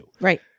Right